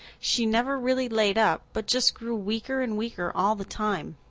she never really laid up but just grew weaker and weaker all the time.